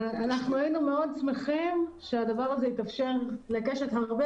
היינו מאוד שמחים שהדבר הזה יתאפשר לקשת הרבה